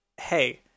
hey